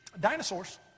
Dinosaurs